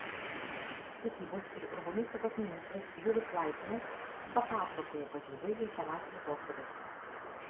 statybos ir urbanistikos ministras julius laiconas papasakojo kad jau baigė savąsias atostogas